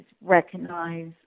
recognize